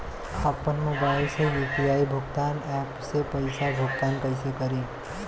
आपन मोबाइल से यू.पी.आई भुगतान ऐपसे पईसा भुगतान कइसे करि?